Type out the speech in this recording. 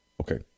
Okay